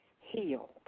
healed